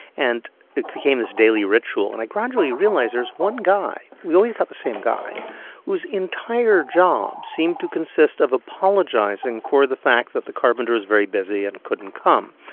and it became this daily ritual. and i gradually realized, there's one guy we always got the same guy whose entire job seemed to consist of apologizing for the fact that the carpenter is very busy and couldn't come.